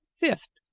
fifth,